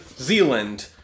Zealand